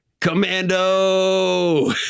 Commando